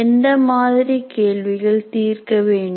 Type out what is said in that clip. எந்த மாதிரி கேள்விகள் தீர்க்கவேண்டும்